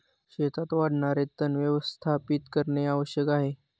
शेतात वाढणारे तण व्यवस्थापित करणे आवश्यक आहे